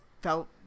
felt